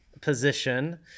position